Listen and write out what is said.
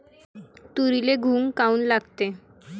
तुरीले घुंग काऊन लागते?